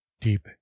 deep